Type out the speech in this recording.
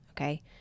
okay